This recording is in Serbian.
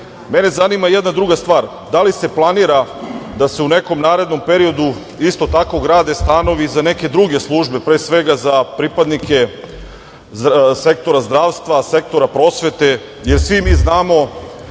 mene zanima jedna druga stvar. Da li se planira da se u nekom narednom periodu isto tako grade stanovi i za neke druge službe, pre svega za pripadnike sektora zdravstva, sektora prosvete? Jer svi mi znamo